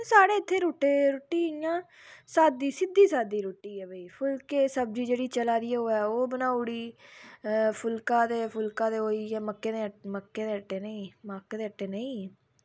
साढ़ै इत्थै रुट्टी इ'यां सादी सिद्धी साद्धी रुट्टी ऐ भाई फुल्के सब्जी जेह्ड़ी चलादी होऐ ओह् बनाई ओड़ी फुल्का ते फुल्का ते ओह् होई गेआ मक्कैं दे आट्टै मक्कैं ते आट्टै नेईं मक्क दे आट्टे नेईंं